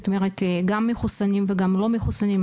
זאת אומרת, גם מחוסנים וגם לא מחוסנים?